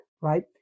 right